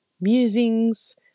musings